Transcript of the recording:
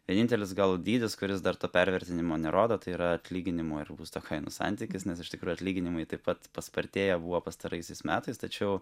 vienintelis gal dydis kuris dar to pervertinimo nerodo tai yra atlyginimo ir būsto kainos santykis nes iš tikrųjų atlyginimai taip pat paspartėję buvo pastaraisiais metais tačiau